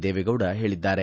ದೇವೇಗೌಡ ಹೇಳದ್ದಾರೆ